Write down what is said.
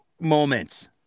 moments